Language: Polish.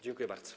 Dziękuję bardzo.